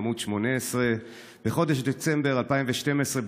עמ' 19: "בחודש דצמבר 2012,